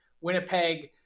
Winnipeg